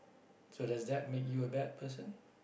so does that make you a bad person